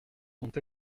sont